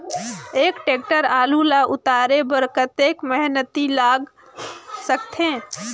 एक टेक्टर आलू ल उतारे बर कतेक मेहनती लाग सकथे?